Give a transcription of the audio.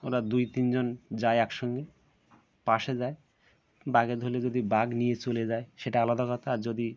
ওরা দুই তিনজন যায় একসঙ্গে পাসে যায় বাঘে ধরলে যদি বাঘ নিয়ে চলে যায় সেটা আলাদা কথা আর যদি